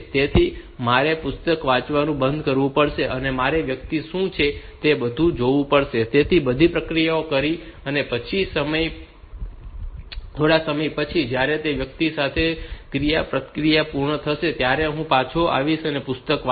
તેથી મારે પુસ્તક વાંચવાનું બંધ કરવું પડશે અને મારે તે વ્યક્તિ શું ઇચ્છે છે તે બધું જોવું પડશે અને તે બધી ક્રિયાઓ કરી અને પછી થોડા સમય પછી જ્યારે તે વ્યક્તિ સાથેની ક્રિયાપ્રતિક્રિયા પૂર્ણ થશે ત્યારે હું પાછો આવીશ અને પુસ્તક વાંચીશ